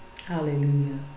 Hallelujah